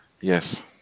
Yes